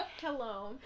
hello